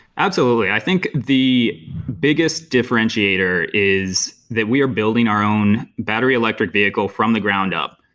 absolutely. i think the biggest differentiator is that we are building our own battery electric vehicle from the ground up.